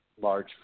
large